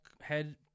head